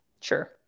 sure